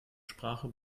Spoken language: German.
sprache